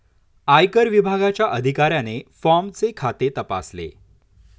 आयकर विभागाच्या अधिकाऱ्याने फॉर्मचे खाते तपासले